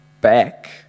back